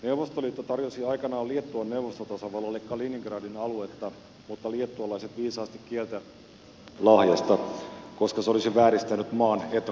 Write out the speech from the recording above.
neuvostoliitto tarjosi aikanaan liettuan neuvostotasavallalle kaliningradin aluetta mutta liettualaiset viisaasti kieltäytyivät lahjasta koska se olisi vääristänyt maan etnografista rakennetta